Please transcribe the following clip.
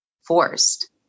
forced